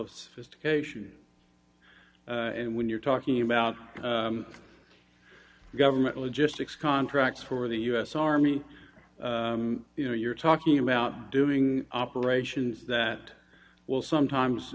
of sophistication and when you're talking about government logistics contracts for the u s army you know you're talking about doing operations that will sometimes